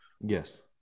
Yes